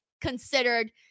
considered